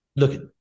Look